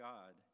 God